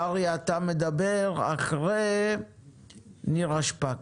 קרעי, אתה מדבר אחרי נירה שפק.